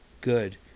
good